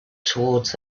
towards